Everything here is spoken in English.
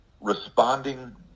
responding